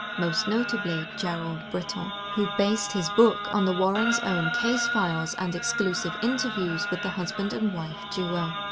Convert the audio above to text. most notably gerald brittle, who based his book on the warren's own case files and exclusive interviews with the husband and wife duo.